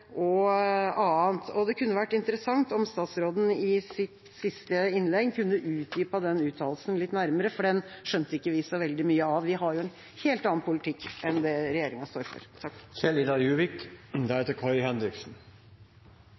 og annet». Det kunne vært interessant om statsråden i sitt siste innlegg kunne utdypet den uttalelsen litt mer, for den skjønte vi ikke så veldig mye av. Vi har jo en helt annen politikk enn det regjeringa står for.